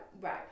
right